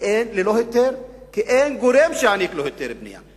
ללא היתר, כי אין גורם שיעניק לו היתר בנייה.